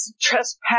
trespass